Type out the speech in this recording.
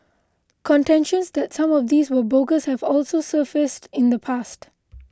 contentions that some of these were bogus have also surfaced in the past